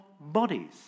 bodies